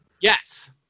Yes